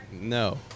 No